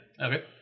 Okay